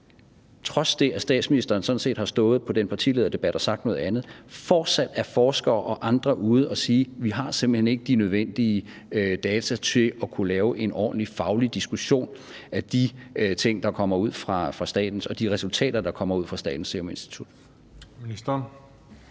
og trods det, at statsministeren sådan set har stået i den partilederdebat og sagt noget andet, fortsat er forskere og andre ude at sige: Vi har simpelt hen ikke de nødvendige data til at kunne lave en ordentlig faglig diskussion af de ting og resultater, der kommer ud fra Statens Serum Institut?